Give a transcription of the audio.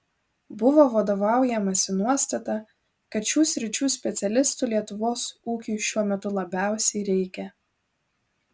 buvo vadovaujamasi nuostata kad šių sričių specialistų lietuvos ūkiui šiuo metu labiausiai reikia